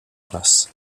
place